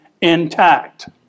intact